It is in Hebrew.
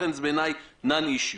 לכן בעיניי זה non-issue.